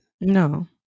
No